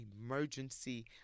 emergency